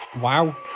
Wow